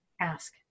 ask